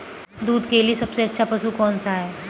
दूध के लिए सबसे अच्छा पशु कौनसा है?